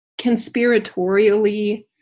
conspiratorially